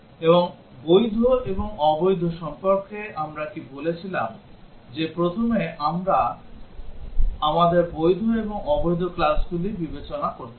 এবং বৈধ এবং অবৈধ সম্পর্কে আমরা কি বলেছিলাম যে প্রথমে আমাদের বৈধ এবং অবৈধ classগুলি বিবেচনা করতে হবে